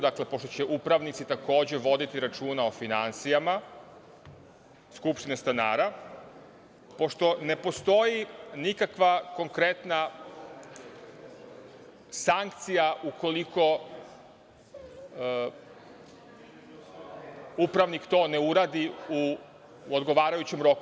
Dakle, pošto će upravnici, takođe voditi računa o finansijama skupštine stanara, pošto ne postoji nikakva konkretna sankcija, ukoliko upravnik to ne uradi u odgovarajućem roku.